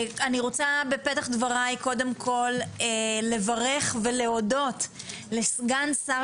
אני רוצה בפתח דבריי קודם כל לברך ולהודות לסגן שר